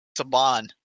Saban